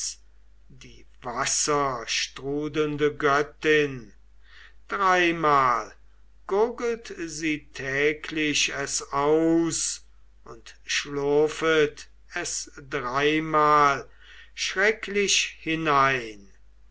die wasserstrudelnde göttin dreimal gurgelt sie täglich es aus und schlurfet es dreimal schrecklich hinein